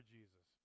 Jesus